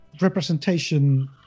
representation